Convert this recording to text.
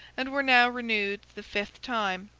and were now renewed the fifth time,